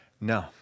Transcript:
No